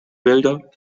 wälder